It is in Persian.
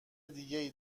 دیگه